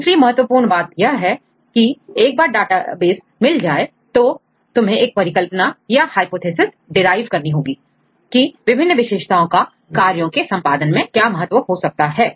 दूसरी महत्वपूर्ण बात है की एक बार डेटाबेस मिल जाए तो तुम्हें एक परिकल्पना या हाइपोथेसिस derive करनी होगी की विभिन्न विशेषताओं का कार्यों के संपादन में क्या महत्व हो सकता है